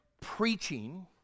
preaching